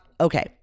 okay